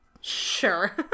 Sure